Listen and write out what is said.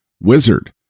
wizard